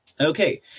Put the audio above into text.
Okay